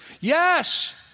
Yes